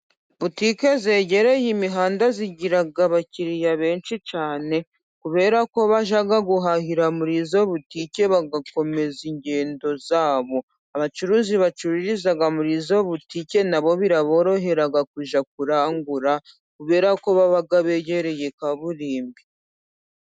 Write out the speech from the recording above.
Butike zegereye imihanda zigira abakiriya benshi cyane, kubera ko bajya guhahira muri izo butike bagakomeza ingendo zabo, abacuruzi bacururiza muri izo butike na bo biraborohera kujya kurangura, kubera ko baba begereye kaburimbi.